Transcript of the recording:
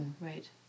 Right